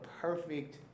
perfect